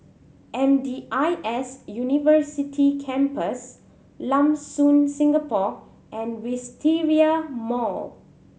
M D I S University Campus Lam Soon Singapore and Wisteria Mall